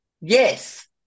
Yes